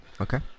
Okay